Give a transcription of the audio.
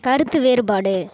கருத்து வேறுபாடு